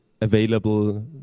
available